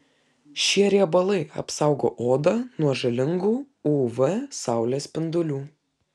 šie riebalai apsaugo odą nuo žalingų uv saulės spindulių